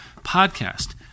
podcast